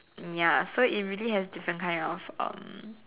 mm ya so it really has different kind of um